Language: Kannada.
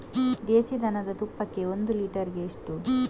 ದೇಸಿ ದನದ ತುಪ್ಪಕ್ಕೆ ಒಂದು ಲೀಟರ್ಗೆ ಎಷ್ಟು?